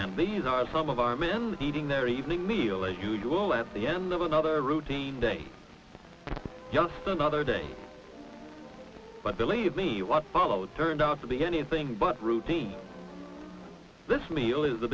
and these are some of our men eating their evening meal as usual at the end of another routine day just another day but believe me what followed turned out to be anything but routine this me